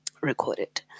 recorded